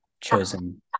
chosen